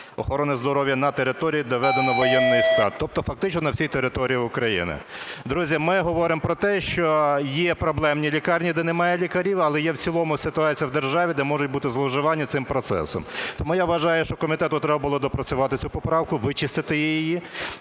охорони здоров'я на території, де введено воєнний стан, тобто фактично на всій території України. Друзі, ми говоримо про те, що є проблемні лікарні, де немає лікарів, але є в цілому ситуація в державі, де можуть бути зловживання цим процесом. Тому я вважаю, що комітету треба було доопрацювати цю поправку, вичистити її,